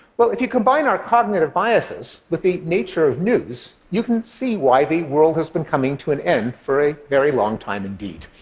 well, if you combine our cognitive biases with the nature of news, you can see why the world has been coming to an end for a very long time indeed.